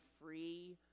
free